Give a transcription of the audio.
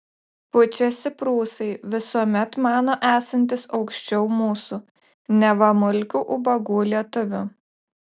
pučiasi prūsai visuomet mano esantys aukščiau mūsų neva mulkių ubagų lietuvių